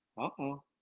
Uh-oh